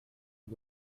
den